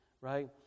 right